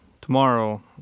Tomorrow